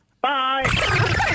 Bye